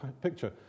picture